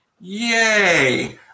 Yay